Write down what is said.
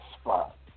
spot